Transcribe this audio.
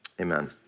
amen